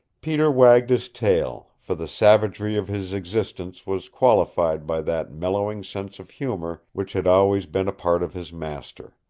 peter wagged his tail, for the savagery of his existence was qualified by that mellowing sense of humor which had always been a part of his master.